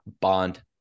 Bond